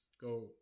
go